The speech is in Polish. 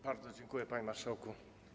Bardzo dziękuję, pani marszałku.